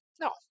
No